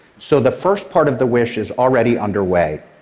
so the first part of the wish is already underway.